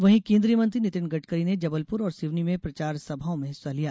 वहीं केंद्रीय मंत्री नितिन गडकरी ने जबलपुर और सिवनी में प्रचार सभाओं में हिस्सा लिया